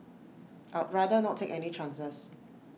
I'd rather not take any chances